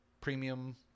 premium